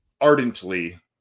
ardently